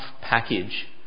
package